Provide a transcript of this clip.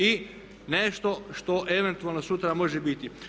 I nešto što eventualno sutra može biti.